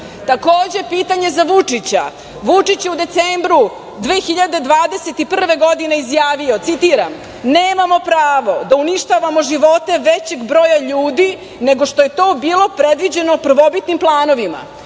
„Jadar“?Takođe, pitanje za Vučića – Vučić je u decembru 2021. godine izjavio, citiram – nemamo pravo da uništavamo živote većeg broja ljudi, nego što je to bilo predviđeno prvobitnim planovima.